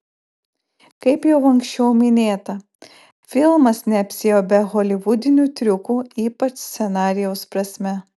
kaip jau anksčiau minėta filmas neapsiėjo be holivudinių triukų ypač scenarijaus prasme